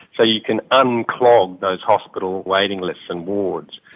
so you can unclog those hospital waiting lists and wards.